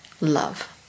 love